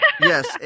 Yes